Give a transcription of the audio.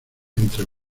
entre